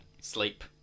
sleep